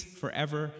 forever